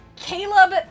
Caleb